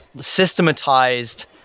systematized